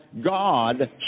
God